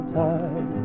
time